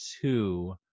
two